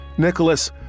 Nicholas